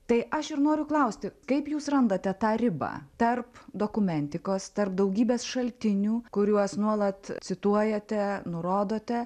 tai aš ir noriu klausti kaip jūs randate tą ribą tarp dokumentikos tarp daugybės šaltinių kuriuos nuolat cituojate nurodote